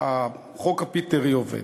החוק הפיטרי עובד.